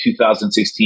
2016